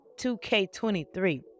2K23